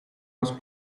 was